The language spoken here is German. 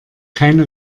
keine